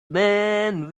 man